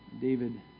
David